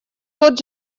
тот